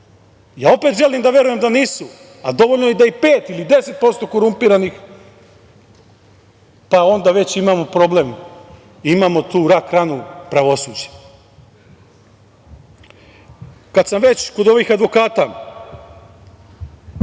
opet želim da verujem da nisu, ali dovoljno da ih je 5% ili 10% korumpiranih, pa onda već imamo problem, imamo tu rak ranu u pravosuđu. Kada sam već kod ovih advokata,